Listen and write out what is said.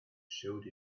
showed